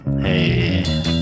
hey